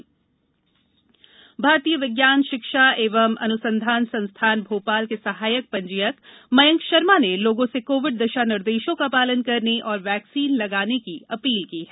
जन आंदोलन भारतीय विज्ञान शिक्षा एवं अनुसंधान संस्थान भोपाल के सहायक पंजीयक मयंक शर्मा ने लोगों से कोविड दिशा निर्देशों का पालन करने और वैक्सीन लगाने की अपील की है